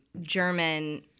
German